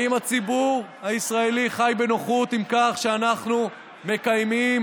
האם הציבור הישראלי חי בנוחות עם כך שאנחנו מקיימים